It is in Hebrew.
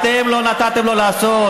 אתם לא נתתם לו לעשות.